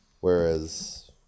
Whereas